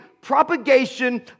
Propagation